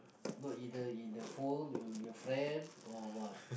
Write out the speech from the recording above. no in the in the phone your friend or what